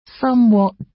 somewhat